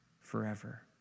forever